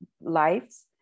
lives